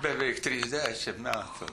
beveik trisdešim metų